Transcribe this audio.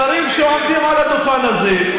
שרים שעומדים על הדוכן הזה,